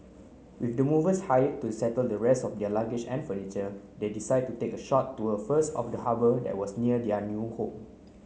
with the movers hired to settle the rest of their luggage and furniture they decide to take a short tour first of the harbour that was near their new home